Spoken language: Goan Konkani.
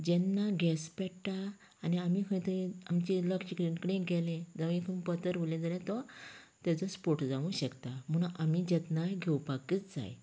जेन्ना गॅस पेट्टा आनी आमी खंय थंय आमचें लक्ष खंय कडेन गेलें जावं एक बथर उरलें जाल्यार तो तेचो स्पोट जावंक शकता म्हुण आमी जतनाय घेवपाकच जाय